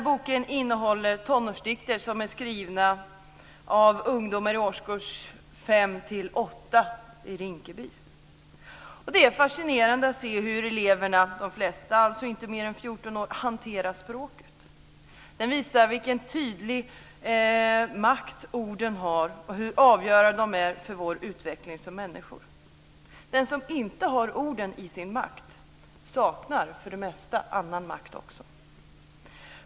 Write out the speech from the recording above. Boken innehåller tonårsdikter som är skrivna av ungdomar i årskurserna 5-8 i Rinkeby. Det är fascinerande att se hur eleverna, de flesta inte mer än 14 år, hanterar språket. Den visar vilken tydlig makt orden har och hur avgörande de är för vår utveckling som människor. Den som inte har orden i sin makt saknar för det mesta annan makt också.